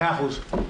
מאה אחוז.